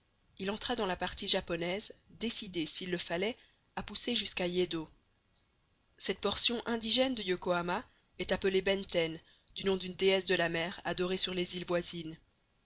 il entra dans la partie japonaise décidé s'il le fallait à pousser jusqu'à yeddo cette portion indigène de yokohama est appelée benten du nom d'une déesse de la mer adorée sur les îles voisines